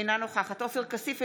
אינה נוכחת עופר כסיף,